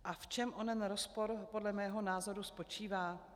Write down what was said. A v čem onen rozpor podle mého názoru spočívá?